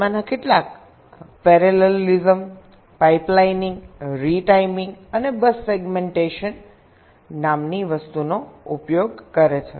તેમાંના કેટલાક parallelism pipelining retiming અને બસ સેગ્મેન્ટેશન નામની વસ્તુનો ઉપયોગ કરે છે